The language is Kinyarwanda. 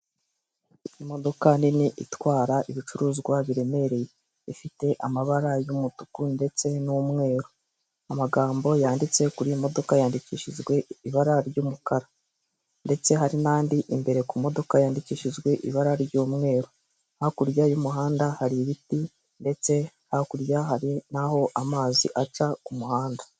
Imodoka nini itwara ibicuruzwa biremereye, ifite amabara y'umutuku ndetse n'umweru, amagambo yanditse kuri iyi modoka yandikishijwe ibara ry'umukara ndetse hari n'andi imbere ku modoka yandikishijwe ibara ry'umweru, hakurya y'umuhanda hari ibiti ndetse hakurya hari naho amazi aca ku muhanda.